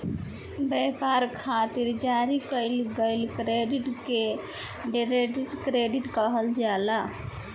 ब्यपार खातिर जारी कईल गईल क्रेडिट के ट्रेड क्रेडिट कहल जाला